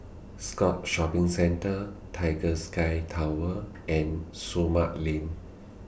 Scotts Shopping Centre Tiger Sky Tower and Sumang LINK